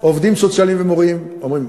עובדים סוציאליים ומורים, אומרים: